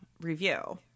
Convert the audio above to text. review